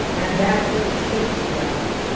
and that's what takes you out.